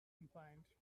complained